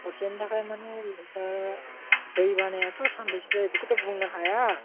हरसेनि थाखाय मानि दै बानायाथ' सानबेसे जायो बेखौथ' बुंनो हाया